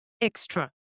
extra